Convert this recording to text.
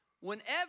Whenever